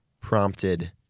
prompted